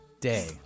day